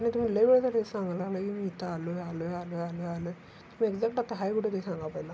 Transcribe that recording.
नाही तुम्ही लई वेळ झाला आहे सांगाय लागला आहे मी इथं आलो आहे आलो आहे आलो आहे आलो आहे आलो आहे तुम्ही एक्झॅक्ट आता आहे कुठं ते सांगा पहिला